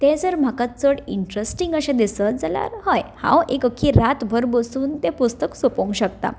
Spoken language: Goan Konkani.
तें जर म्हाका चड इंट्रस्टिंग अशें दिसत जाल्यार हय हांव एक अख्खे रातभर बसून तें पुस्तक सोंपोवंक शकता